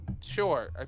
sure